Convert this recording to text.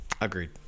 Agreed